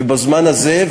בזמן הזה,